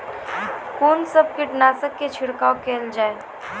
कून सब कीटनासक के छिड़काव केल जाय?